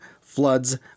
floods